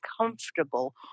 comfortable